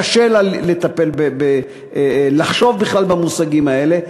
קשה לה לטפל ולחשוב בכלל במושגים האלה.